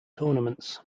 tournaments